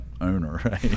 owner